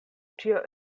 ĉio